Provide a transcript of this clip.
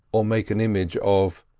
or make an image of.